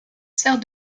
sert